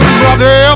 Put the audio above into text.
brother